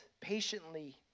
patiently